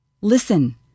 Listen